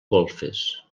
golfes